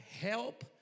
help